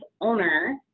owner